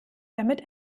damit